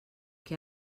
què